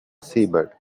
seabed